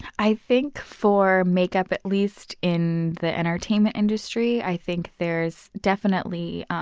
i think for makeup, at least in the entertainment industry, i think there's definitely